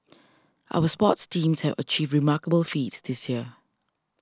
our sports teams have achieved remarkable feats this year